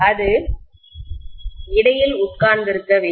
அது இடையில் உட்கார்ந்திருக்க வேண்டும்